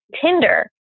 Tinder